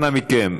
אנא מכם.